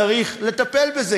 וצריך לטפל בזה,